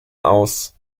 aus